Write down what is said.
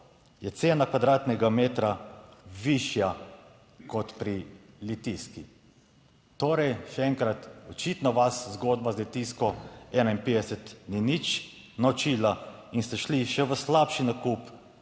je cena kvadratnega metra višja kot pri Litijski. Torej še enkrat, očitno vas zgodba z Litijsko 51 ni nič naučila in ste šli še v slabši nakup